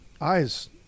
eyes